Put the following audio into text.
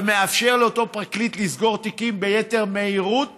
ומאפשר לאותו פרקליט לסגור תיקים ביתר מהירות